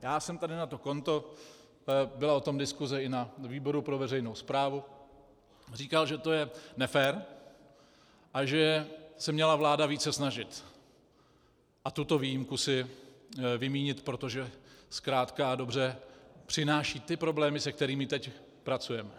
Já jsem tady na to konto, byla o tom i diskuse na výboru pro veřejnou správu, říkal, že to je nefér a že se měla vláda více snažit a tuto výjimku si vymínit, protože zkrátka a dobře přináší ty problémy, se kterými teď pracujeme.